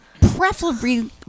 Preferably